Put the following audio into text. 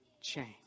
change